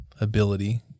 ability